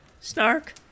Snark